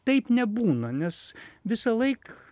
taip nebūna nes visąlaik